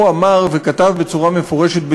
הוא אמר וכתב בצורה מפורשת,